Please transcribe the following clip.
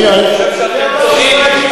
אני חושב שאתם טועים.